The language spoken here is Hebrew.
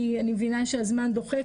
כי אני מבינה שהזמן דוחק,